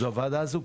אז זו הוועדה הזו.